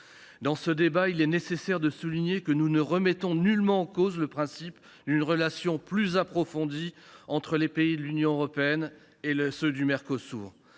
Dans ce débat, il est nécessaire de souligner que nous ne remettons nullement en cause le principe d’une relation plus approfondie entre les pays de l’Union européenne et ceux du Mercosur.